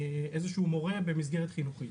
איזשהו מורה במסגרת חינוכית.